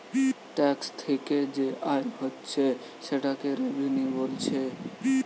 tax থিকে যে আয় হচ্ছে সেটাকে রেভিনিউ বোলছে